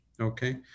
Okay